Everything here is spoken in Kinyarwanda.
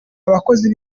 abakozi